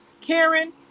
Karen